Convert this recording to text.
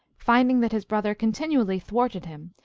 finding that his brother continually thwarted him,